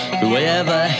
whoever